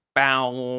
bowww.